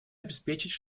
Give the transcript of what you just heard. обеспечить